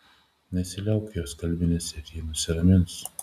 nesiliauk jos kalbinęs ir ji nusiramins